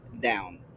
down